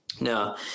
Now